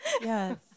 Yes